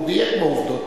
הוא דייק בעובדות.